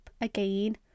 again